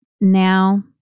now